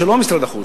לא של משרד החוץ,